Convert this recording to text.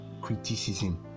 criticism